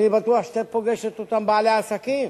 אני בטוח שאתה פוגש את אותם בעלי עסקים,